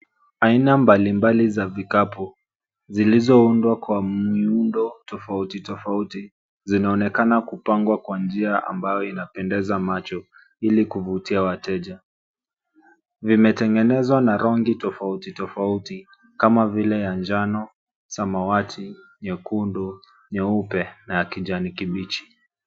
Aina mbalimbali za vikapu zilizoundwa kwa miundo tofauti tofauti zinaonekana kupangwa kwa njia ambayo inapendeza macho ili kuvutia wateja. Vimetengenezwa na rangi tofauti tofauti kama vile ya njano, samawati, nyekundu, nyeupe na ya kijani kibichi.